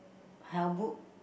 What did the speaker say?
health book